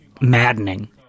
maddening